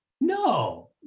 No